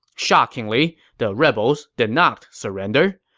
shockingly, the rebels did not surrender.